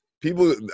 people